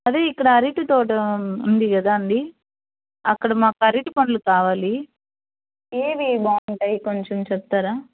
అదే ఇక్కడ అరటి తోట ఉంది కదా అండి అక్కడ మాకు అరటి పండ్లు కావాలి ఏవి బావుంటాయి కొంచం చెప్తారా